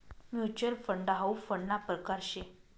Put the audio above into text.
mutual fund हाउ फंडना परकार शे